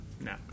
No